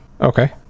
Okay